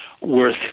worth